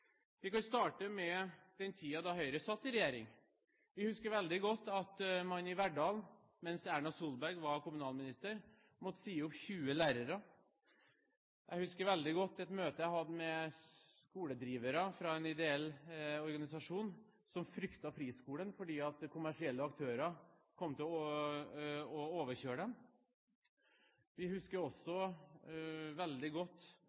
Vi kan starte med den tiden da Høyre satt i regjering. Vi husker veldig godt at man i Verdal, mens Erna Solberg var kommunalminister, måtte si opp 20 lærere. Jeg husker veldig godt et møte jeg hadde med skoledrivere fra en ideell organisasjon som fryktet friskolen, fordi kommersielle aktører kom til å overkjøre dem. Vi husker også veldig godt